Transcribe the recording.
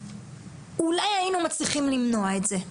אולי היינו מצליחים למנוע את זה.